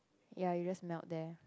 ya you just melt there